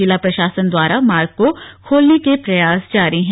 जिला प्रशासन द्वारा मार्ग को खोलने के प्रयास जारी हैं